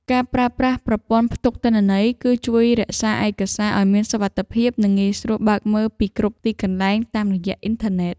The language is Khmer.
ការប្រើប្រាស់ប្រព័ន្ធផ្ទុកទិន្នន័យ គឺជួយរក្សាឯកសារឱ្យមានសុវត្ថិភាព និងងាយស្រួលបើកមើលពីគ្រប់ទីកន្លែងតាមរយៈអ៊ីនធឺណិត។